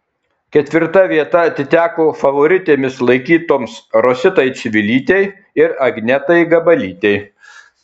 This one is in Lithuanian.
ketvirta vieta atiteko favoritėmis laikytoms rositai čivilytei ir agnetai gabalytei